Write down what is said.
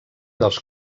dels